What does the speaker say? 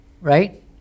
Right